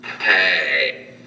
Hey